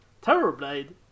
Terrorblade